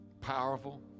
powerful